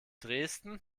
dresden